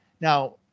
Now